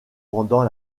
pendant